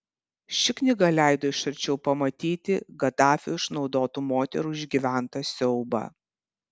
ši knyga leido iš arčiau pamatyti gaddafio išnaudotų moterų išgyventą siaubą